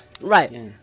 Right